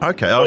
Okay